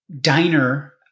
diner